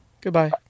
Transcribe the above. Goodbye